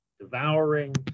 devouring